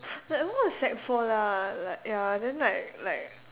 that one was sec four lah like ya then like like